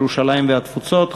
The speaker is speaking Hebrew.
ירושלים והתפוצות,